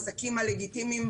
העסקים הלגיטימיים,